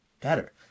better